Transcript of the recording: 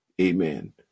Amen